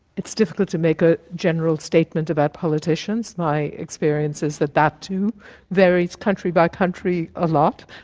it's difficult to make a general statement about politicians. my experience is that that too varies country by country a lot.